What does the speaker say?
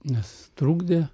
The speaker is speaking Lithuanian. nes trukdė